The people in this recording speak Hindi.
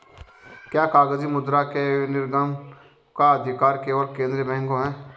क्या कागजी मुद्रा के निर्गमन का अधिकार केवल केंद्रीय बैंक को है?